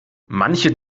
manche